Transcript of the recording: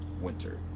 winter